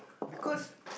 because